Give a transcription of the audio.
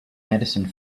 medicine